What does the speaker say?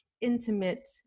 intimate